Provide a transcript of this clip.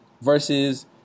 versus